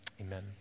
amen